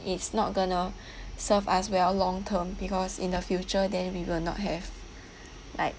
it's not going to serve us well long-term because in the future then we will not have like